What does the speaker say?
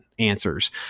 answers